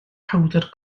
powdr